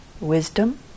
wisdom